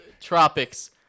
...Tropics